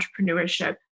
entrepreneurship